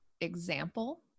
example